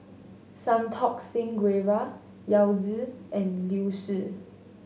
Santokh Singh Grewal Yao Zi and Liu Si